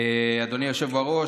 אדוני היושב-ראש,